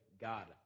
God